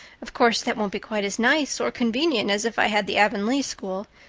of course that won't be quite as nice or convenient as if i had the avonlea school.